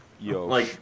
Yo